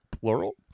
plural